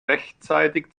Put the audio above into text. rechtzeitig